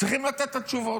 צריכים לתת את התשובות.